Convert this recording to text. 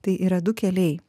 tai yra du keliai